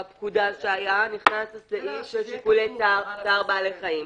-- בדיוק כמו בפקודה שעלה ונכנס הסעיף של שיקולי צער בעלי חיים.